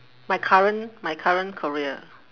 my current my current career